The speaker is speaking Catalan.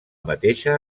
mateixa